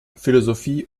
philosophie